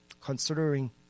considering